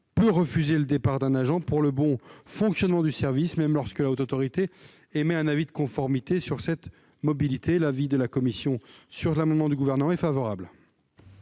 peut refuser le départ d'un agent pour le bon fonctionnement du service, même lorsque la Haute Autorité émet un avis de conformité sur cette mobilité. La commission y est donc favorable.